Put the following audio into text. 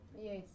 Yes